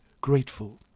grateful